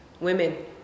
women